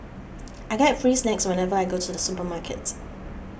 I get free snacks whenever I go to the supermarket